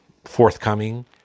forthcoming